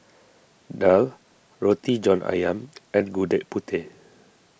Daal Roti John Ayam and Gudeg Putih